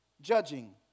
Judging